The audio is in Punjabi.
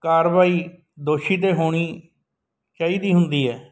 ਕਾਰਵਾਈ ਦੋਸ਼ੀ 'ਤੇ ਹੋਣੀ ਚਾਹੀਦੀ ਹੁੰਦੀ ਹੈ